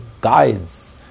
guides